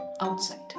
outside